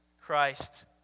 Christ